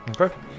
Okay